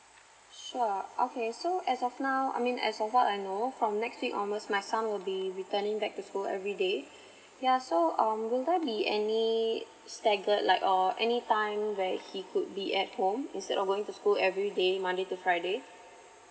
sure okay so as of now I mean as of what I know from next week onwards my son would be returning back from school everyday yeah so um would I be any staggered like or any time where he could be at home instead of going to school everyday monday to friday